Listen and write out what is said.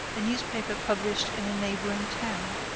a newspaper published in a neighboring town